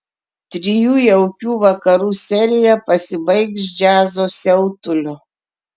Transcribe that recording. trijų jaukių vakarų serija pasibaigs džiazo siautuliu